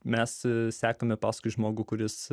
mes sekame paskui žmogų kuris